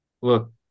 look